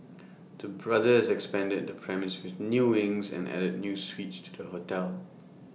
the brothers expanded the premise with new wings and added new suites to the hotel